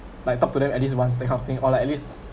like talk to them at least once that kind of thing or like at least